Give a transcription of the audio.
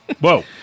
Whoa